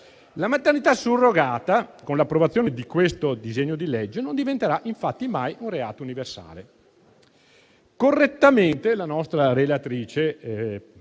La maternità surrogata, con l'approvazione di questo disegno di legge, non diventerà infatti mai un reato universale. Correttamente la nostra relatrice,